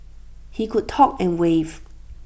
he could talk and wave